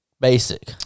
basic